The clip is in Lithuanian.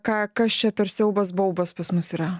ką kas čia per siaubas baubas pas mus yra